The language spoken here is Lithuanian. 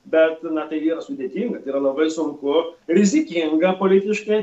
bet na tai nėra sudėtinga tai yra labai sunku rizikinga politiškai